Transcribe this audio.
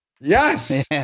yes